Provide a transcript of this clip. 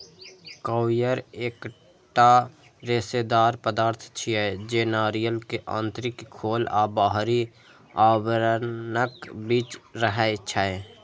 coir एकटा रेशेदार पदार्थ छियै, जे नारियल के आंतरिक खोल आ बाहरी आवरणक बीच रहै छै